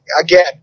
again